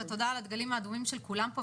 ותודה רבה על הדגלים האדומים של כולם פה,